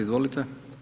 Izvolite.